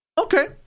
okay